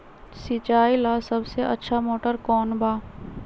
सिंचाई ला सबसे अच्छा मोटर कौन बा?